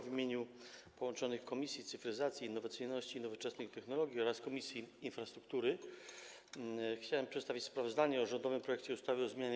W imieniu połączonych Komisji Cyfryzacji, Innowacyjności i Nowoczesnych Technologii oraz Komisji Infrastruktury chciałem przedstawić sprawozdanie o rządowym projekcie ustawy o zmianie